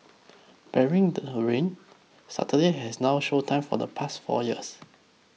barring rain Saturday has no show time for the past four years